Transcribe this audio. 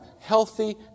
healthy